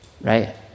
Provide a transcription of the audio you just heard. right